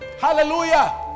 Hallelujah